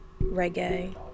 reggae